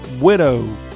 widow